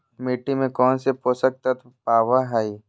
मिट्टी में कौन से पोषक तत्व पावय हैय?